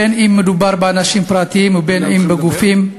בין שמדובר באנשים פרטיים ובין שבגופים,